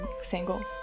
Single